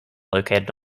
located